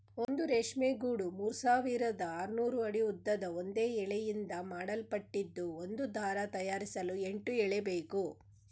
ಒಂದು ರೇಷ್ಮೆ ಗೂಡು ಮೂರ್ಸಾವಿರದ ಆರ್ನೂರು ಅಡಿ ಉದ್ದದ ಒಂದೇ ಎಳೆಯಿಂದ ಮಾಡಲ್ಪಟ್ಟಿದ್ದು ಒಂದು ದಾರ ತಯಾರಿಸಲು ಎಂಟು ಎಳೆಬೇಕು